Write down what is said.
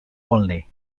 olney